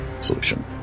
solution